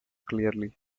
clearly